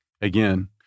again